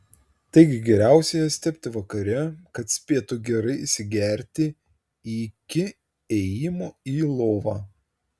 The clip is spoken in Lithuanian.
taigi geriausia jas tepti vakare kad spėtų gerai įsigerti iki ėjimo į lovą